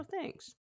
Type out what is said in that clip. thanks